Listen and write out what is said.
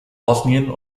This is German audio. bosnien